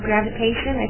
Gravitation